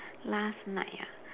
last night ah